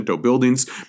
buildings